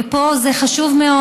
ופה זה חשוב מאוד.